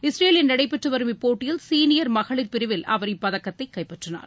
இஸ்ரேலில் நடைபெற்றுவரும் இப்போட்டியில் சீனியர் மகளிர் பிரிவில் அவர் இப்பதக்கத்தை கைப்பற்றினார்